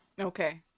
Okay